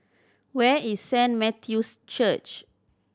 where is Saint Matthew's Church